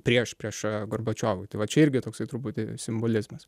priešprieša gorbačiovui tai va čia irgi toksai truputį simbolizmas